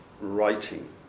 writing